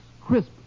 Crisp